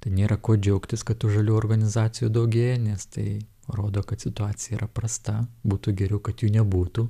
tai nėra kuo džiaugtis kad tų žaliųjų organizacijų daugėja nes tai rodo kad situacija yra prasta būtų geriau kad jų nebūtų